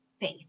faith